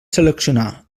seleccionar